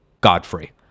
Godfrey